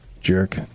Jerk